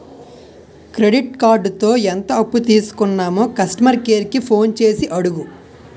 credit కార్డుతో ఎంత అప్పు తీసుకున్నామో కస్టమర్ కేర్ కి ఫోన్ చేసి అడుగు